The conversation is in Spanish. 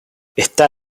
está